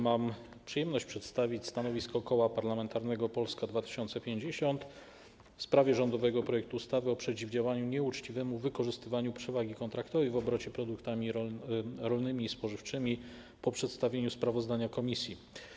Mam przyjemność przedstawić stanowisko Koła Parlamentarnego Polska 2050 w sprawie rządowego projektu ustawy o przeciwdziałaniu nieuczciwemu wykorzystywaniu przewagi kontraktowej w obrocie produktami rolnymi i spożywczymi po przedstawieniu sprawozdania komisji.